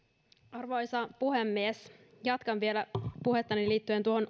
arvoisa puhemies jatkan vielä puhettani liittyen tuohon